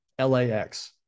LAX